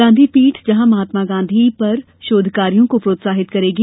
गांधी पीठ जहां महात्मा गांधी पर शोधकार्यों को प्रोत्साहित करेंगी